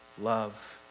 love